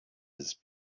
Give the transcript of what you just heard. his